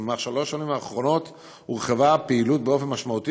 ובשלוש השנים האחרונות הורחבה הפעילות באופן משמעותי,